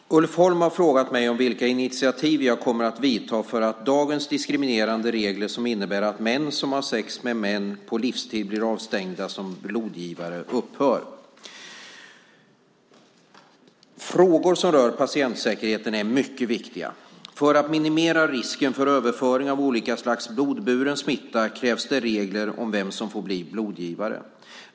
Fru talman! Ulf Holm har frågat mig vilka initiativ jag kommer att vidta för att dagens diskriminerande regler, som innebär att män som har sex med män blir avstängda på livstid som blodgivare, upphör. Frågor som rör patientsäkerheten är mycket viktiga. För att minimera risken för överföring av olika slags blodburen smitta krävs det regler om vem som får bli blodgivare.